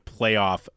playoff